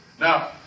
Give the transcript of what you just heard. Now